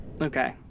Okay